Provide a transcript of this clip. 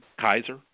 Kaiser